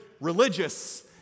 religious